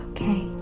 Okay